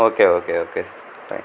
okay okay okay